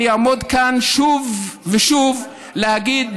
אני אעמוד כאן שוב ושוב להגיד,